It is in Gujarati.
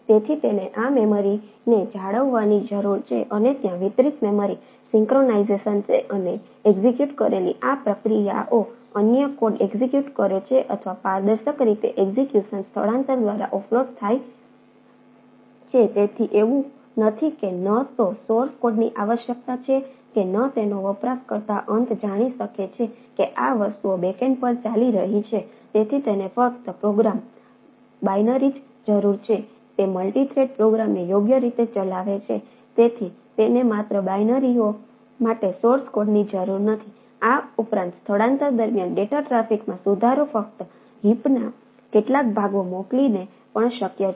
તેથી તે જ રીતે ત્યાં એક ફોન ઓએસ કેટલાક ભાગો મોકલીને પણ શક્ય છે